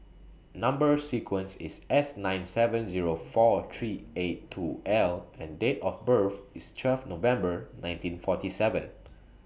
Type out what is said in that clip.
Number sequence IS S nine seven Zero four three eight two L and Date of birth IS twelve November nineteen forty seven